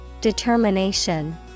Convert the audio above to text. Determination